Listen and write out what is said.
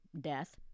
death